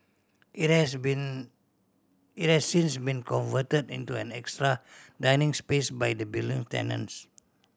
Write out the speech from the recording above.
it has been it has since been converted into an extra dining space by the building tenants